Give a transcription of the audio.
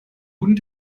guten